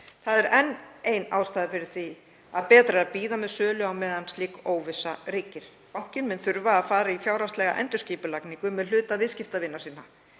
Það er enn ein ástæðan fyrir því að betra er að bíða með sölu á meðan slík óvissa ríkir. Bankinn mun þurfa að fara í fjárhagslega endurskipulagningu með hluta viðskiptavina sinna.